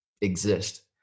exist